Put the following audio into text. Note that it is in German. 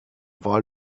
wahl